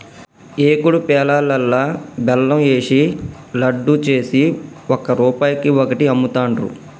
ఏకుడు పేలాలల్లా బెల్లం ఏషి లడ్డు చేసి ఒక్క రూపాయికి ఒక్కటి అమ్ముతాండ్రు